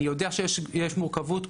שיש מורכבות,